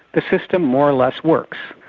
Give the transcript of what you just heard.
the system more or less works.